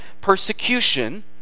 persecution